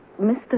Mr